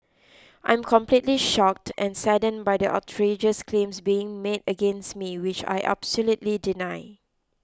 I'm completely shocked and saddened by the outrageous claims being made against me which I